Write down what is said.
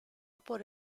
por